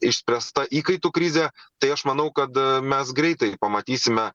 išspręsta įkaitų krizė tai aš manau kad mes greitai pamatysime